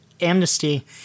amnesty